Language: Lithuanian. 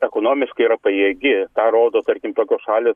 ekonomiškai yra pajėgi tą rodo tarkim tokios šalys